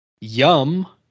yum